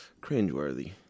cringeworthy